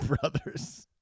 brothers